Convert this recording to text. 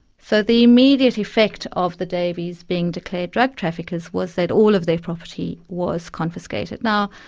so, the immediate effect of the davies being declared drug traffickers was that all of their property was confiscated. now,